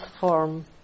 form